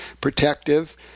protective